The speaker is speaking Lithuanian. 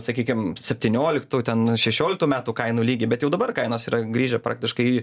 sakykim septinioliktų ten šešioliktų metų kainų lygį bet jau dabar kainos yra grįžę praktiškai į